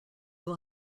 will